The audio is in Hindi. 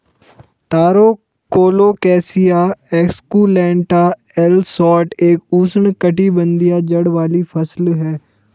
तारो कोलोकैसिया एस्कुलेंटा एल शोट एक उष्णकटिबंधीय जड़ वाली फसल है